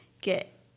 get